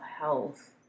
health